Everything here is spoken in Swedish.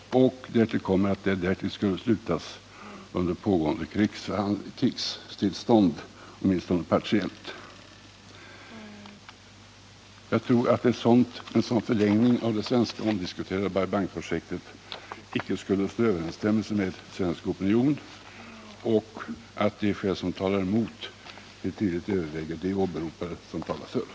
Avtalet skulle dessutom slutas under åtminstone partiellt pågående krigstillstånd. Jag tror en sådan förlängning av det omdiskuterade svenska Bai Bang-projektet icke skulle stå i överensstämmelse med svensk opinion och att de skäl som talar emot tydligt överväger de åberopade skäl som talar för.